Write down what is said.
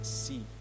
see